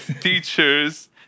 teachers